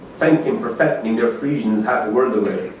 thank him for fattening their friesians half a world away?